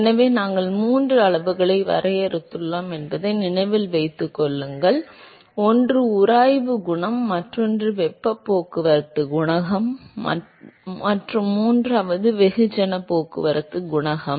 எனவே நாங்கள் மூன்று அளவுகளை வரையறுத்துள்ளோம் என்பதை நினைவில் கொள்ளுங்கள் ஒன்று உராய்வு குணகம் மற்றொன்று வெப்ப போக்குவரத்து குணகம் மற்றும் மூன்றாவது வெகுஜன போக்குவரத்து குணகம்